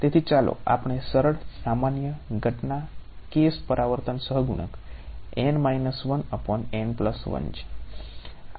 તેથી ચાલો આપણે સરળ સામાન્ય ઘટના કેસ પરાવર્તન સહગુણક છે આ n છે બરાબર